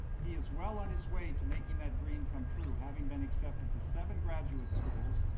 he is well on his way to making that dream come true, having been accepted to seven graduate schools,